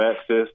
access